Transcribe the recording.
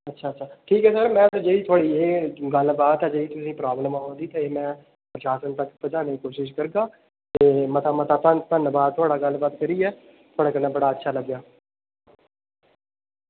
अच्छा अच्छा ठीक ऐ सर में जेह्ड़ी थुआढ़ी एह् गल्लबात ऐ तुसेंगी जेह्ड़ी प्राब्लम आवा दी एह् में प्रशासन तक पजाने दी कोशिश करगा ते मता मता धन्नबाद थुआढ़ा गल्लबात करियै थुआढ़े कन्नै बड़ा अच्छा लग्गेआ